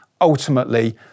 ultimately